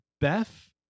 Beth